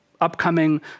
upcoming